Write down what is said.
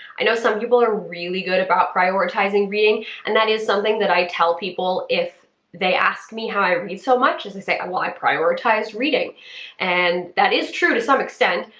i know some people are really good about prioritizing reading and that is something that i tell people if they ask me how i read so much, is i say, well, i prioritize reading and that is true to some extent,